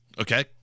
Okay